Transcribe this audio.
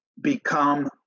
become